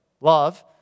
love